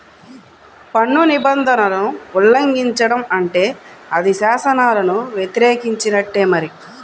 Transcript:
పన్ను నిబంధనలను ఉల్లంఘించడం అంటే అది శాసనాలను వ్యతిరేకించినట్టే మరి